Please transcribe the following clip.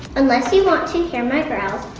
unless you want to hear my growls,